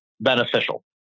beneficial